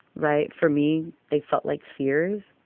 right? for me, they felt like fears.